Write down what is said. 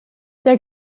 der